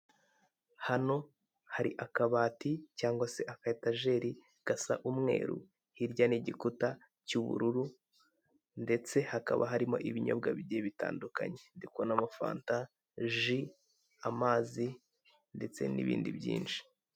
Hano hari akabati cyangwa aketajeri gasa umweru kirya ni igikuta cy'ubururu ndetse hakaba harimo ibinyobwa bigiye bitandukanye ndikubonamo fanta, ji , amazi ndetse n'ibindi binyobwa byinshi.